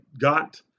got